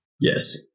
Yes